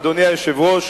אדוני היושב-ראש,